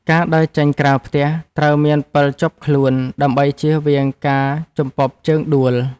ការដើរចេញក្រៅផ្ទះត្រូវមានពិលជាប់ខ្លួន ដើម្បីជៀសវាងការជំពប់ជើងដួល។